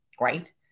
right